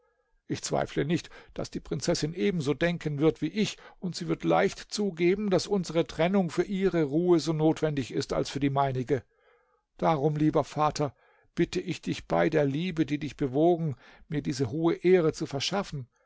ich zweifle nicht daß die prinzessin ebenso denken wird wie ich und sie wird leicht zugeben daß unsere trennung für ihre ruhe so notwendig ist als für die meinige darum lieber vater bitte ich dich bei der liebe die dich bewogen mir diese hohe ehre zu verschaffen